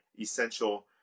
essential